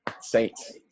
saints